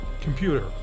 Computer